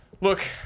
look